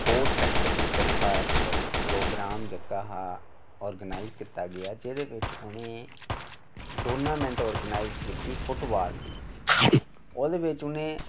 sport sector दी तरफा इक प्रोगराम जेहड़ा आरगेनाइज कीता गेआ जेहदे बिच्च उनें टूर्नामेंट आरगेनाइज कीती फुटबाल दी ओह्दे बिच्च उनें